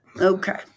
Okay